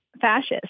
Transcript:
fascist